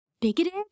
bigoted